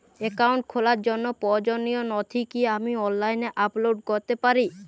Account খোলার জন্য প্রয়োজনীয় নথি কি আমি অনলাইনে আপলোড করতে পারি?